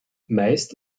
meist